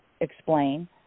explain